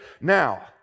Now